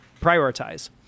prioritize